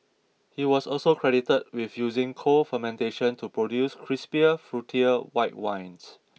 he was also credited with using cold fermentation to produce crisper fruitier white wines